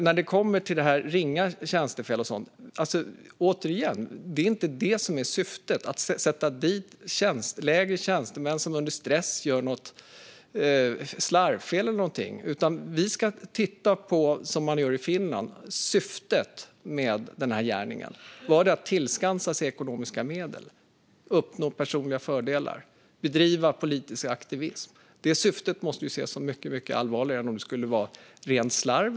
När det gäller ringa tjänstefel säger jag det igen: Syftet är inte att sätta dit lägre tjänstemän som under stress gör något slarvfel, utan vi ska göra som man gör i Finland och titta på syftet med gärningen. Var det att tillskansa sig ekonomiska medel, uppnå personliga fördelar, bedriva politisk aktivism? Sådana syften måste vi se som mycket allvarligare än om det skulle vara rent slarv.